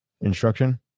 instruction